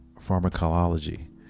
Pharmacology